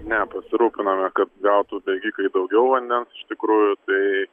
ne pasirūpinome kad gautų bėgikai daugiau vandens iš tikrųjų tai